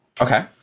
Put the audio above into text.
Okay